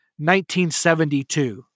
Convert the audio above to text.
1972